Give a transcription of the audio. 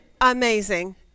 Amazing